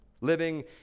Living